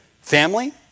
family